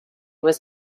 was